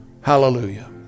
Hallelujah